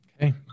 Okay